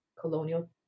colonial